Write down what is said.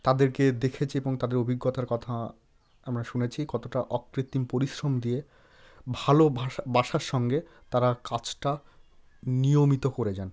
তাদেরকে দেখেছি এবং তাদের অভিজ্ঞতার কথা আমরা শুনেছি কতটা অকৃত্রিম পরিশ্রম দিয়ে ভালো ভাষা বাসার সঙ্গে তারা কাজটা নিয়মিত করে যান